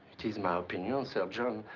it is my opinion, sir john,